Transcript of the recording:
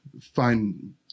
find